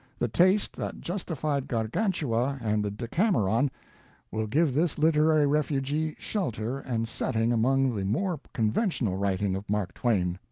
the taste that justified gargantua and the decameron will give this literary refugee shelter and setting among the more conventional writing of mark twain.